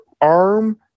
arm